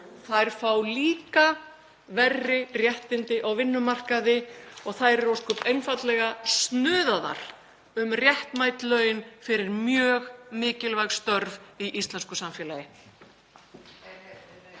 Þær fá líka verri réttindi á vinnumarkaði og þær eru ósköp einfaldlega snuðaðar um réttmæt laun fyrir mjög mikilvæg störf í íslensku samfélagi.